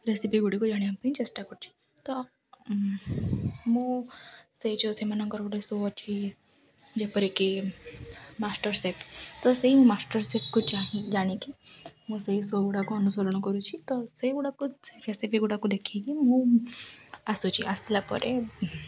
recipe ଗୁଡ଼ିକୁ ଜାଣିବା ପାଇଁ ଚେଷ୍ଟା କରୁଛି ତ ମୁଁ ସେ ଯେଉଁ ସେମାନଙ୍କର ଗୋଟେ ସୋ ଅଛି ଯେପରିକି ମାଷ୍ଟର୍ସେଫ୍ ତ ସେଇ ମାଷ୍ଟର୍ସେଫ୍କୁ ଚାହିଁ ଜାଣିକି ମୁଁ ସେଇ ସୋ ଗୁଡ଼ାକୁ ଅନୁସରଣ କରୁଛି ତ ସେଇଗୁଡ଼ାକ ସେ ରେସିପି ଗୁଡ଼ାକୁ ଦେଖିକି ମୁଁ ଆସୁଛି ଆସିଲା ପରେ